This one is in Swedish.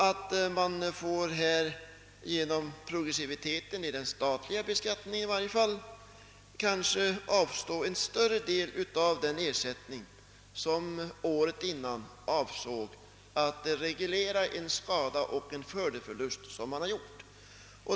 Därför får man genom progressiviteten i den statliga beskattningen kanske avstå en större del av den ersättning som året innan avsåg att reglera en skada genom skördeförlust.